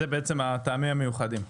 אלו בעצם הטעמים המיוחדים?